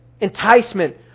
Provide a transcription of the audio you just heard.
enticement